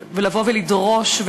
ולבוא ולדרוש,